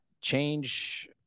change